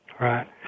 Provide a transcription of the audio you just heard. Right